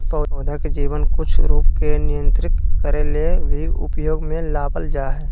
पौधा के जीवन कुछ रूप के नियंत्रित करे ले भी उपयोग में लाबल जा हइ